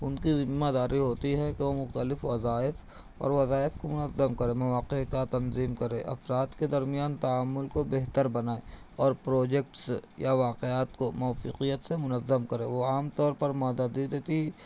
ان کی ذمہ داری ہوتی ہے کہ وہ مختلف وظائف اور وظائف کو منظم کرے مواقع کا تنظیم کرے افراد کے درمیان تال میل کو بہتر بنائے اور پروجیکٹس یا واقعات کو موافقیت سے منظم وہ عام طور پر مدد دیتی